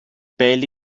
barely